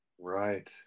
Right